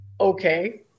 okay